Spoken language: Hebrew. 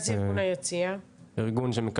מה זה ארגון "היציע"?